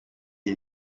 iyi